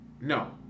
No